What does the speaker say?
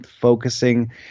focusing